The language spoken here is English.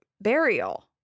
burial